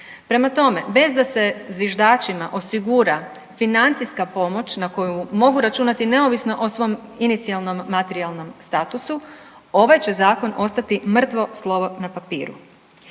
Prema tome, bez da se zviždačima osigura financijska pomoć na koju mogu računati neovisno o svom inicijalnom materijalnom statusu, ovaj će Zakon ostati mrtvo slovo na papiru.